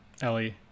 Ellie